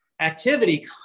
Activity